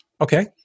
Okay